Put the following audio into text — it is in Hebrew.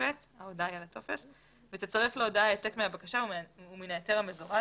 שבתוספת - ותצרף להודעה העתק מן הבקשה ומן ההיתר המזורז,